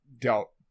dealt